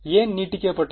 ஏன் நீட்டிக்கப்பட்டது